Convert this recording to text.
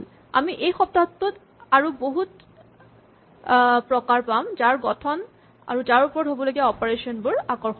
আমি এই সপ্তাহটোত আৰু বহুত প্ৰকাৰ পাম যাৰ গঠন আৰু যাৰ ওপৰত হ'বলগীয়া অপাৰেচন বোৰ আকৰ্ষণীয়